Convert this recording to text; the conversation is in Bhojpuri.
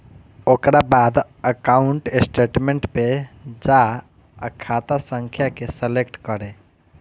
ओकरा बाद अकाउंट स्टेटमेंट पे जा आ खाता संख्या के सलेक्ट करे